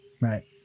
Right